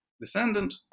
descendant